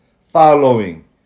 following